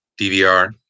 DVR